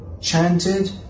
chanted